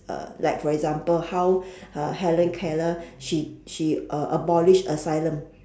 uh like for example how uh helen-keller she she uh abolish asylum